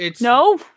No